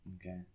Okay